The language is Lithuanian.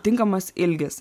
tinkamas ilgis